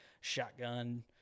shotgun